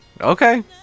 Okay